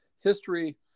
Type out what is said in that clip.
history